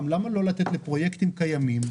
למה לא לתת לפרויקטים קיימים,